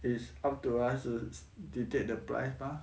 it's up to us to dictate the price mah